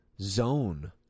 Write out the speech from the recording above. zone